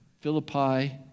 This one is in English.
Philippi